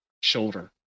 shoulder